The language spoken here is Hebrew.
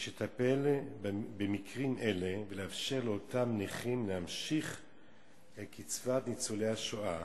יש לטפל במקרים אלה ולאפשר לאותם נכים להמשיך את קצבת ניצולי השואה